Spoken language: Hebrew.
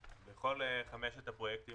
אדוני, בכל חמשת הפרויקטים